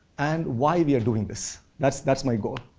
and why we're doing this. that's that's my goal.